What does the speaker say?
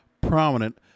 prominent